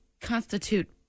constitute